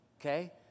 okay